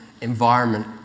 environment